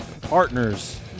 partners